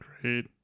Great